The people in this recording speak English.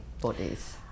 bodies